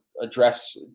address –